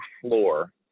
floor